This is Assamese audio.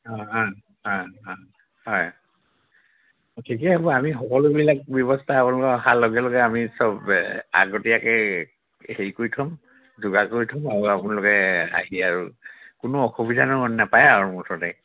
অঁ অঁ অঁ অঁ হয় ঠিকে হ'ব আমি সকলোবিলাক ব্যৱস্থা আপোনালোক অহাৰ লগে লগে আমি সব আগতীয়াকৈ হেৰি কৰি থ'ম যোগাৰ কৰি থ'ম আৰু আপোনালোকে আহি আৰু কোনো অসুবিধা ন নাপায় আৰু মুঠতে